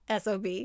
SOB